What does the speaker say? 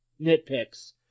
nitpicks